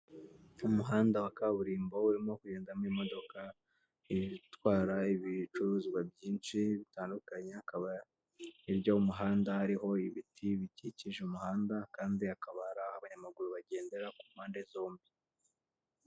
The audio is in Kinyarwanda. Umuhanda wa kaburimbo urimo kugendamo imodoka itwara ibicuruzwa byinshi bitandukanye, akaba hirya y'umuhanda hariho ibiti bikikije umuhanda kandi hakaba hari abanyamaguru bagendera ku mpande zombi.